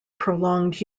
prolonged